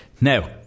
Now